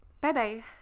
Bye-bye